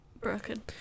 broken